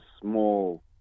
small